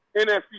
NFC